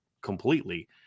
completely